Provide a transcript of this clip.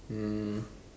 um